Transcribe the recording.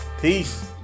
Peace